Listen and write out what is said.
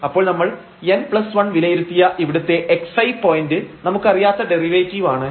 അപ്പോൾ നമ്മൾ n1 വിലയിരുത്തിയ ഇവിടുത്തെ xi പോയന്റ് നമുക്കറിയാത്ത ഡെറിവേറ്റീവ് ആണ്